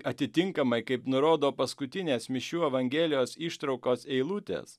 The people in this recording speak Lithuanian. atitinkamai kaip nurodo paskutinės mišių evangelijos ištraukos eilutės